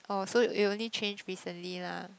oh so it only changed recently lah